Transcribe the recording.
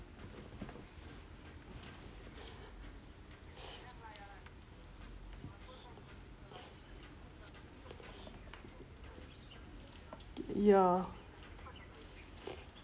ya